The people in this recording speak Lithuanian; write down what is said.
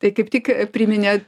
tai kaip tik a priiminėt